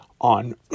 on